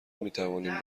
میتوانیم